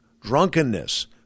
drunkenness